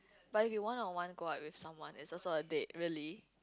but if you one on one go out with someone it's also a date really